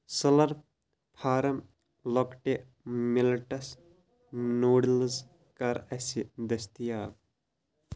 Slurp فارٕم لۄکٹہِ millets noodles کَر اَسہِ دٔستِیاب